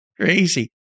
crazy